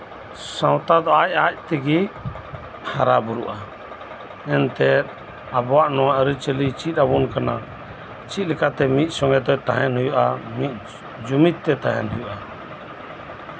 ᱥᱟᱶᱛᱟ ᱫᱚ ᱟᱡᱼᱟᱡ ᱛᱮᱜᱮ ᱦᱟᱨᱟᱼᱵᱩᱨᱩᱜᱼᱟ ᱮᱱᱛᱮᱫ ᱟᱵᱚᱣᱟᱜ ᱱᱚᱣᱟ ᱟᱹᱨᱤᱪᱟᱞᱤ ᱪᱮᱫ ᱟᱵᱚᱱ ᱠᱟᱱᱟ ᱪᱮᱫᱞᱮᱠᱟ ᱢᱤᱫ ᱥᱚᱸᱜᱮ ᱛᱮ ᱛᱟᱦᱮᱱ ᱦᱩᱭᱩᱜᱼᱟ ᱡᱩᱢᱤᱫ ᱛᱮ ᱛᱟᱦᱮᱱ ᱦᱩᱭᱩᱜᱼᱟ